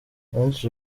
benshi